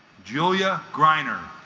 julia greiner